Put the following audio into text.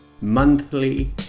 monthly